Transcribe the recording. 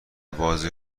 بازی